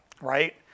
right